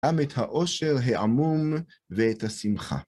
גם את העושר העמום ואת השמחה.